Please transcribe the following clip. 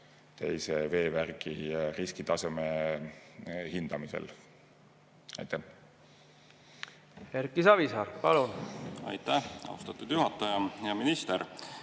teise veevärgi riskitaseme hindamisel. Erki